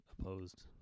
opposed